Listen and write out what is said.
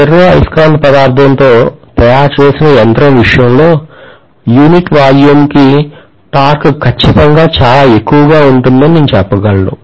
ferro అయస్కాంత పదార్థంతో తయారు చేసిన యంత్రం విషయంలో యూనిట్ వాల్యూమ్కు టార్క్ ఖచ్చితంగా చాలా ఎక్కువగా ఉంటుందని నేను చెప్పగలను